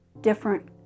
different